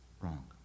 wrong